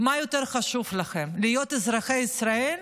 מה יותר חשוב לכם, להיות אזרחי ישראל